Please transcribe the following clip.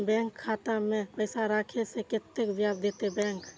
Bank खाता में पैसा राखे से कतेक ब्याज देते बैंक?